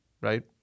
right